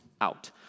out